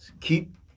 keep